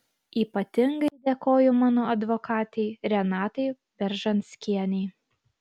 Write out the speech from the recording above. ypatingai dėkoju mano advokatei renatai beržanskienei